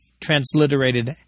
transliterated